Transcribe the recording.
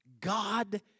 God